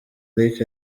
lick